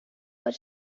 but